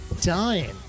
dying